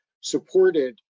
supported